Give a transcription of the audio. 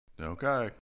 Okay